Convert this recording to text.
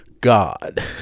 God